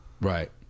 Right